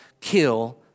kill